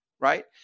right